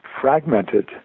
fragmented